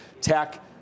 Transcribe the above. tech